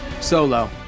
Solo